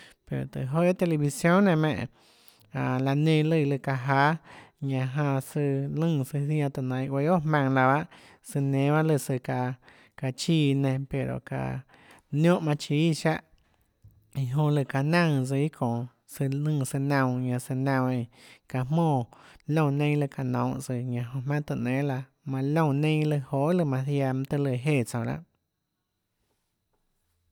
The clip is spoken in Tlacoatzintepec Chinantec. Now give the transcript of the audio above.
Pero tùhå joà guiohà televisión nenã menè raâ laã nenã lùã çaã jáâ ñanã janã søã lùnã søã zianã tùhå nainhã guéã guiohà óå jmaønã laã bahâ søã nénâ bahâ lùã lùã çaã çaã chiã iã nenã pero çaã niónhã manã chíâ iã siáhã iã jonã lùã çaã naùnã tsøã iâ çonå søã lùnã søã naunå ñanã eínã çaã jmónã liónã neinâ iã lùã çaã nounhå tsøã ñanã jmaønâ tùhå nénâ laã manã liónã neinâ johà lùã manã ziaã mønâ tøhê lùã jéã tsouã láhà